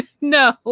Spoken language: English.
no